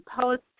Post